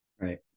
Right